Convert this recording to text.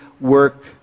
work